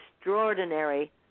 extraordinary